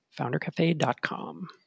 foundercafe.com